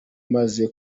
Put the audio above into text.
maze